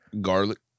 Garlic